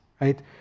right